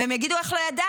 והם יגידו: איך לא ידענו?